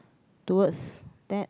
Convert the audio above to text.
towards that